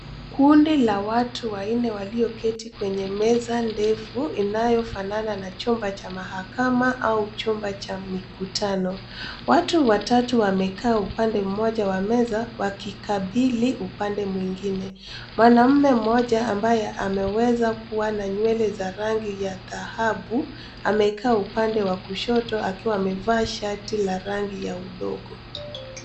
Kundi la watu wanne walioketi kwenye meza ndefu inayofanana na chumba cha mahakama au chumba cha mikutano. Watu watatu wamekaa upande mmoja wa meza wakikabili upande mwingine. Mwanamume mmoja ambaye ameweza kuwa na nywele za rangi ya dhahabu amekaa upande wakushoto akiwa amevaa shati la rangi ya udongo.